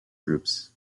groups